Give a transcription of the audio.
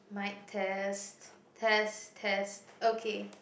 mic test test test okay